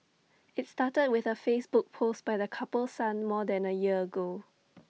IT started with A Facebook post by the couple's son more than A year ago